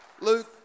Luke